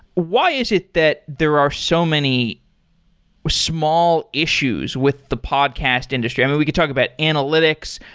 why is it that there are so many small issues with the podcast industry and we could talk about analytics.